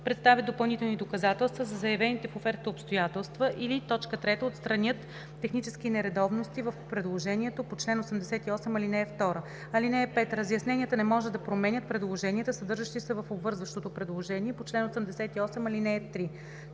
представят допълнителни доказателства за заявените в офертата обстоятелства, или 3. отстранят технически нередовности в предложението почл. 88, ал. 2. (5) Разясненията не може да променят предложенията, съдържащи се в обвързващото предложение по чл. 88, ал. 3.“